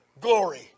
glory